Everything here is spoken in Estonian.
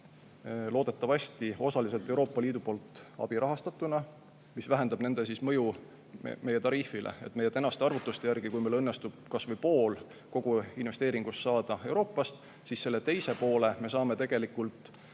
loodetavasti osaliselt Euroopa Liidu abirahastusega, sest see vähendab nende mõju meie tariifile. Meie tänaste arvutuste järgi on nii, et kui meil õnnestub kas või pool kogu investeeringust saada Euroopast, siis selle teise poole me saame tegelikult